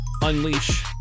unleash